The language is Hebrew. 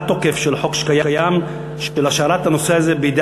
הצעת החוק מועברת בזאת לוועדת הפנים